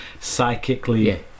psychically